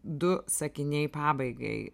du sakiniai pabaigai